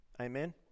Amen